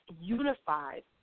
unified